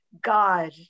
God